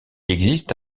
existe